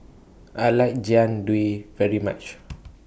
I like Jian Dui very much